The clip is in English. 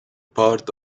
part